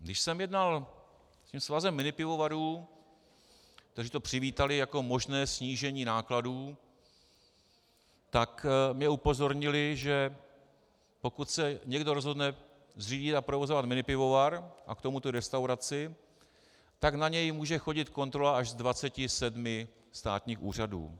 Když jsem jednal se svazem minipivovarů, které to přivítaly jako možné snížení nákladů, tak mě upozornili, že pokud se někdo rozhodne zřídit a provozovat minipivovar a k tomu restauraci, tak na něj může chodit kontrola až z 27 státních úřadů.